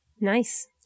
Nice